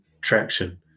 traction